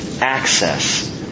access